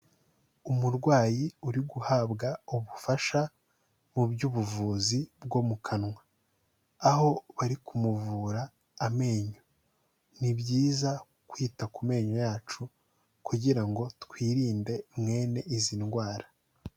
Umurwayi uri guhabwa ubufasha mu by'ubuvuzi bwo mu kanwa, aho bari kumuvura amenyo. Ni byiza kwita ku menyo yacu kugira ngo twirinde mwene izi ndwara.